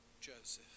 Joseph